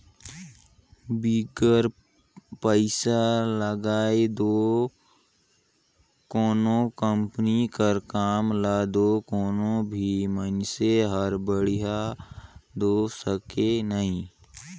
बिगर पइसा लगाए दो कोनो कंपनी कर काम ल दो कोनो भी मइनसे हर बढ़ाए दो सके नई